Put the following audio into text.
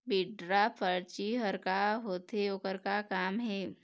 Withdraw परची हर का होते, ओकर का काम हे?